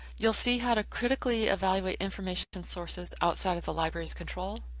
you will see how to critically evaluate information and sources outside of the library's control.